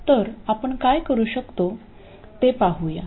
तर आपण काय करू शकतो ते पाहूया